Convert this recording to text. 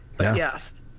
yes